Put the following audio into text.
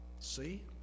See